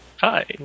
Hi